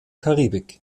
karibik